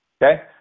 Okay